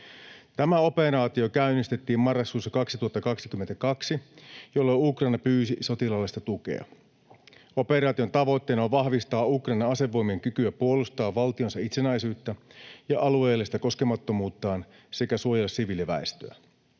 Tämä operaatio käynnistettiin marraskuussa 2022, jolloin Ukraina pyysi sotilaallista tukea. Operaation tavoitteena on vahvistaa Ukrainan asevoimien kykyä puolustaa valtionsa itsenäisyyttä ja alueellista koskemattomuuttaan sekä suojella siviiliväestöä.